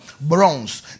bronze